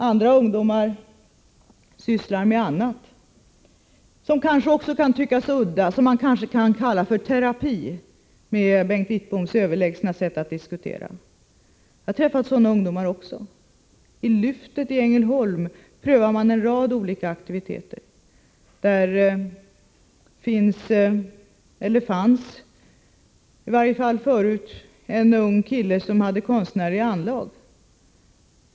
Andra ungdomar sysslar med annat som kanske också kan tyckas udda, som man kanske kan kalla för terapi enligt Bengt Wittboms överlägsna sätt att diskutera. Jag har träffat sådana ungdomar också. I Lyftet i Ängelholm prövar man en rad olika aktiviteter. Där finns, eller fanns i varje fall, en ung kille som hade konstnärliga anlag.